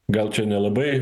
gal čia nelabai